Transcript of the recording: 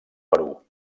perú